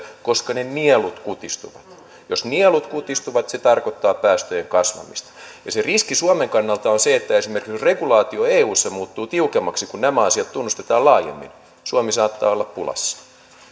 koska ne nielut kutistuvat jos nielut kutistuvat se tarkoittaa päästöjen kasvamista ja se riski suomen kannalta on se että jos esimerkiksi regulaatio eussa muuttuu tiukemmaksi kun nämä asiat tunnustetaan laajemmin suomi saattaa olla pulassa